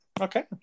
Okay